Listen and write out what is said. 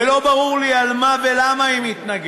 ולא ברור לי על מה ולמה היא מתנגדת,